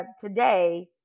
today